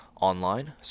online